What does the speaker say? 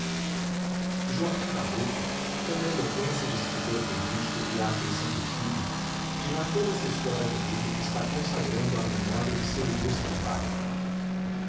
joaquim nabuco com a eloqüência de escritor político e a afeição de filho dirá toda essa história no livro que está consagrando à memória de seu ilustre pai